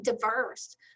diverse